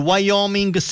Wyoming